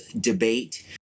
Debate